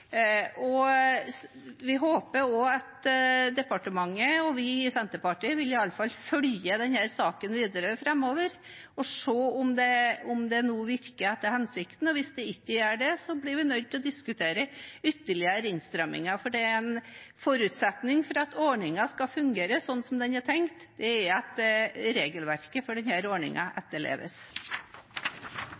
Vi håper at departementet vil følge denne saken videre framover og se om det virker etter hensikten. Det vil i alle fall vi i Senterpartiet gjøre. Hvis det ikke gjør det, blir vi nødt til å diskutere ytterligere innstramminger, for en forutsetning for at ordningen skal fungere slik den er tenkt, er at regelverket etterleves. Jeg er glad for